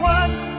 one